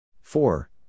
Four